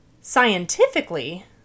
scientifically